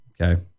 Okay